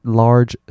large